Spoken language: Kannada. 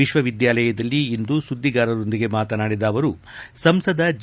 ವಿಶ್ವವಿದ್ಯಾಲಯದಲ್ಲಿ ಇಂದು ಸುದ್ದಿಗಾರರೊಂದಿಗೆ ಮಾತನಾಡಿದ ಅವರು ಸಂಸದ ಜಿ